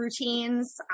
routines